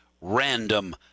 random